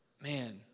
man